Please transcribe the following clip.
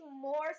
more